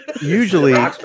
Usually